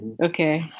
Okay